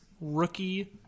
Rookie